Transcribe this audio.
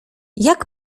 jak